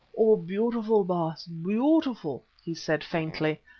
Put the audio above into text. oh! beautiful, baas, beautiful! he said faintly.